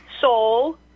soul